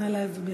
נא להצביע.